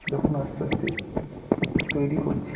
যখন আস্তে আস্তে তৈরি করছি